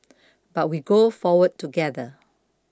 but we go forward together